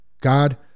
God